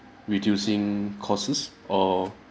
reducing costs or